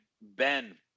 Ben